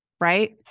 Right